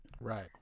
Right